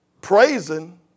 praising